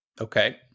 Okay